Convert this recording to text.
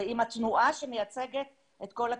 זה עם התנועה שמייצגת את כל הקיבוצים.